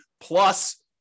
plus